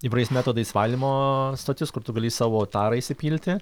įvairiais metodais valymo stotis kur tu gali į savo tarą įsipilti